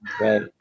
right